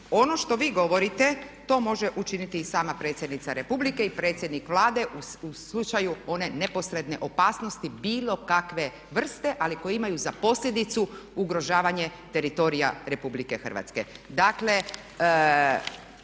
Ono što vi govorite to može učiniti i sama predsjednica Republike i predsjednik Vlade u slučaju one neposredne opasnosti bilo kakve vrste ali koji imaju za posljedicu ugrožavanje teritorija RH. Dakle,